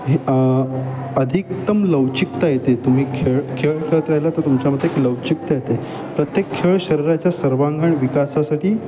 अ अधिकदम लवचिकता येते तुम्ही खेळ खेळ खेळत राहिला तर तुमच्यामदे एक लवचिकता येते प्रत्येक खेळ शरीराच्या सर्वांघण विकासाटी